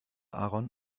aaron